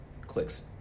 clicks